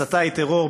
הצתה היא טרור,